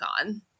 on